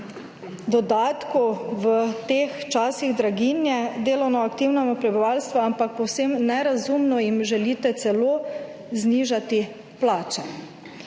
dodatku v teh časih draginje delovno aktivnemu prebivalstvu, ampak povsem nerazumno jim želite celo znižati plače.